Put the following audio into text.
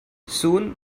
soon